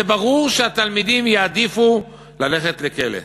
וברור שהתלמידים יעדיפו ללכת לכלא.